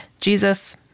Jesus